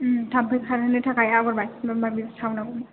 उम थामफै खारहोनो थाखाय आगरबाथि माबा माबिबो सावनांगौ